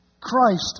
Christ